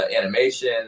animation